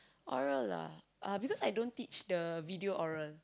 oral lah because I don't teach the video oral